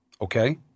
Okay